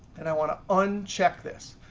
and i want to uncheck this.